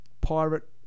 pirate